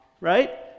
right